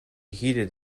heated